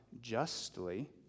justly